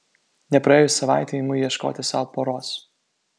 nepraėjus savaitei imu ieškoti sau poros